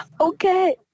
Okay